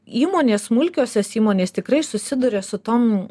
įmonės smulkiosios įmonės tikrai susiduria su tom